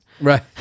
Right